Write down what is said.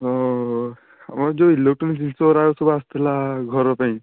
ହଁ ଆମର ଯେଉଁ ଇଲେକଟ୍ରୋନିକ୍ସ ଜିନିଷଗୁଡ଼ା ସବୁ ଆସିଥିଲା ଘର ପାଇଁ